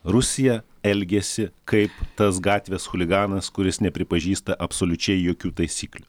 rusija elgiasi kaip tas gatvės chuliganas kuris nepripažįsta absoliučiai jokių taisyklių